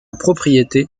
propriété